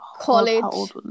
college